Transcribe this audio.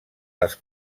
les